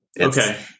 Okay